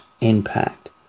impact